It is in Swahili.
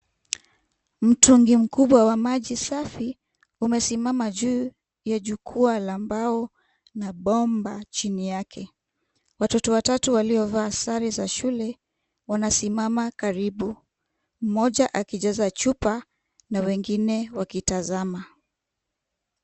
Mtungi mkubwa wa maji safi umesimama juu ya jukwaa la mbao na bomba chini yake. Watoto watatu waliovaa sare za shule wanasimama karibu mmoja akijaza chupa na wengine wakitazama.